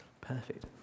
Perfect